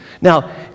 Now